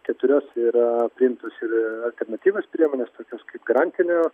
keturiuose yra priimtos ir alternatyvios priemonės tokios kaip garantinio